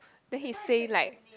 then he say like